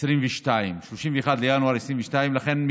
31 בינואר 2022. לכן,